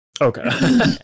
Okay